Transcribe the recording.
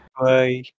Bye